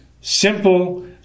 simple